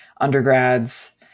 undergrads